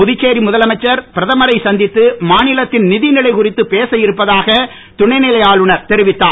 புதுச்சேரி முதலமைச்சர் பிரதமரை சந்தித்து மாநிலத்தின் நிதி நிலை குறித்து பேச இருப்பதாக துணைநிலை ஆளுனர் தெரிவித்தார்